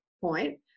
point